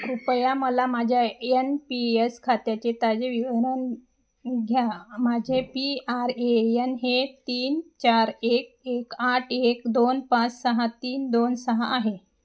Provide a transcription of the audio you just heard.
कृपया मला माझ्या यन पी यस खात्याचे ताजे विवरण घ्या माझे पी आर ए यन हे तीन चार एक एक आठ एक दोन पाच सहा तीन दोन सहा आहे